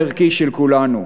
הביטחון הערכי של כולנו,